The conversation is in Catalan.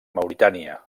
mauritània